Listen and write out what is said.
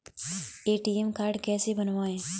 ATM card कैसे बनवाएँ?